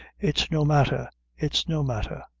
it's no matter it's no matter!